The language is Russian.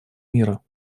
мира